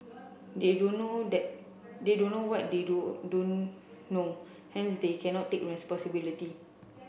they don't know that they don't know what they do don't know hence they cannot take responsibility